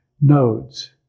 nodes